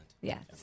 Yes